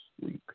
week